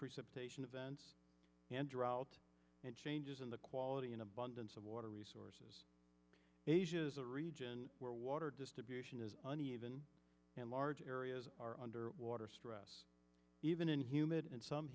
precipitation events and drought and changes in the quality in abundance of water resources asia's a region where water distribution is uneven and large areas are under water even in humid